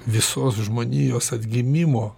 visos žmonijos atgimimo